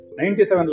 97